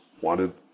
wanted